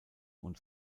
und